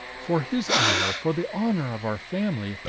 for his honor, for the honor of our family,